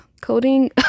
coding